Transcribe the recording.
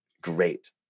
great